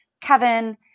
Kevin